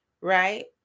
right